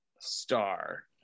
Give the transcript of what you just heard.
star